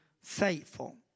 faithful